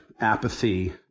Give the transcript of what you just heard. apathy